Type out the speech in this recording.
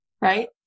right